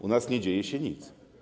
U nas nie dzieje się nic.